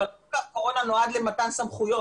אבל חוק הקורונה נועד למתן סמכויות,